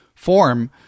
form